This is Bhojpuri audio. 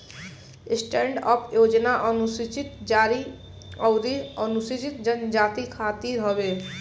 स्टैंडअप योजना अनुसूचित जाती अउरी अनुसूचित जनजाति खातिर हवे